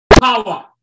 power